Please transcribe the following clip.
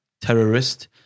terrorist